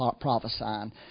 prophesying